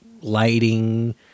lighting